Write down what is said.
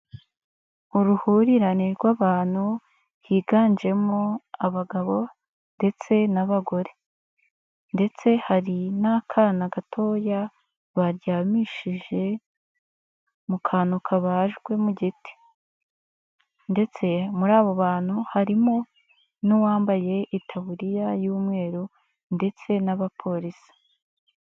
Uruhurirane rw'abantu higanjemo abagabo ndetse n'abagore, ndetse hari n'akana gatoya baryamishije mu kantu kabajwe mu giti ndetse muri abo bantu harimo n'uwambaye itaburiya y'umweru ndetse n'abapolisi.